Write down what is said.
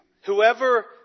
whoever